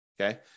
Okay